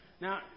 Now